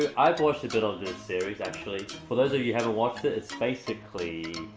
i watched a bit of this series, actually. for those of you haven't watched it, it's basically.